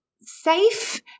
safe